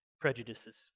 prejudices